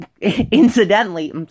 incidentally